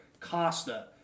Costa